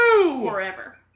Forever